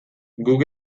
guk